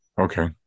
Okay